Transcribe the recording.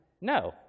No